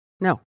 No